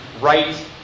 right